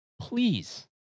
please